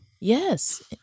Yes